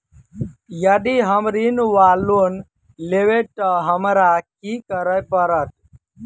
यदि हम ऋण वा लोन लेबै तऽ हमरा की करऽ पड़त?